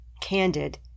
candid